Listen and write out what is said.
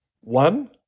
One